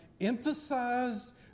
emphasized